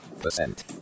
percent